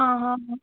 हा हा हा